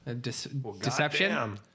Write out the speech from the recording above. Deception